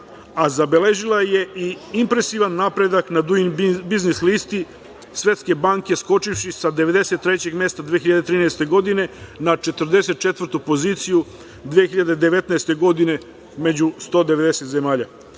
a zabeležila je i impresivan napredak na Duing biznis listi Svetske banke, skočivši sa 93 mesta 2013. godine na 44 poziciju 2019. godine među 190 zemalja. Pored